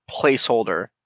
placeholder